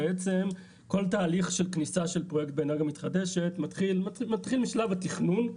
בעצם כל תהליך של כניסה של פרויקט באנרגיה מתחדשת מתחיל משלב התכנון,